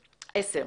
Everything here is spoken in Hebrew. עשר.